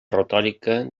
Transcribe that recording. retòrica